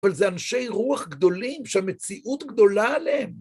אבל זה אנשי רוח גדולים שהמציאות גדולה עליהם.